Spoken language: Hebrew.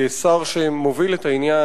כשר שמוביל את העניין,